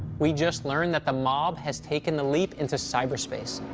we just learned that the mob has taken the leap into cyberspace.